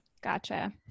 Gotcha